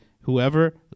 whoever